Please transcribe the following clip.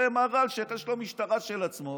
זה מר אלשיך, יש לו משטרה של עצמו